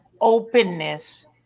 openness